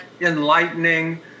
enlightening